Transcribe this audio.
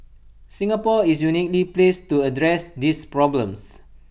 Singapore is uniquely placed to address these problems